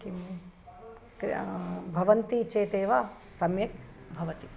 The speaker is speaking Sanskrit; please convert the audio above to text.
किं भवन्ति चेत् एव सम्यक् भवति